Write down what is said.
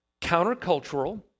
countercultural